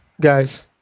Guys